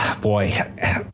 Boy